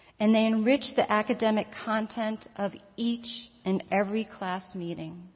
and they enrich the academic content of each and every class meeting.